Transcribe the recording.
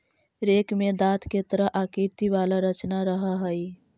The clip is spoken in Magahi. रेक में दाँत के तरह आकृति वाला रचना रहऽ हई